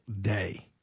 day